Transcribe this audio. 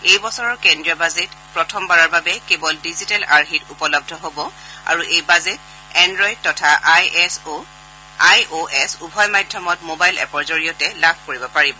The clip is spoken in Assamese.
এই বছৰৰ কেন্দ্ৰীয় বাজেট প্ৰথমবাৰৰ বাবে কেৱল ডিজিটেল আৰ্হিত উপলব্ধ হব আৰু এই বাজেট এডুয়দ তথা আই অ এছ উভয় মাধ্যমত মোবাইল এপৰ জৰিয়তে লাভ কৰিব পাৰিব